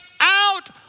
out